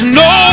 no